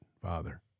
Father